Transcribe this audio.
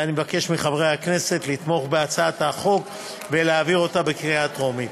ואני מבקש מחברי הכנסת לתמוך בהצעת החוק ולהעביר אותה בקריאה טרומית.